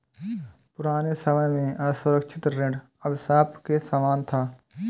पुराने समय में असुरक्षित ऋण अभिशाप के समान था